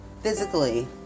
physically